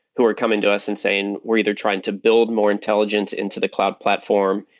who were coming to us and saying, we're either trying to build more intelligence into the cloud platform.